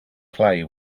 clay